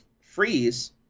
Freeze